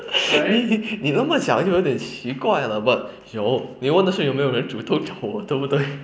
你你你这么讲就有一点奇怪了 but 有你问的是有没有人主动找我对不对